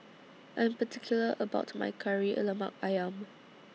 I'm particular about My Kari Lemak Ayam